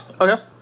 Okay